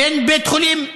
אין בית חולים,